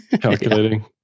calculating